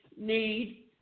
need